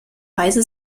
weise